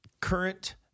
current